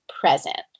present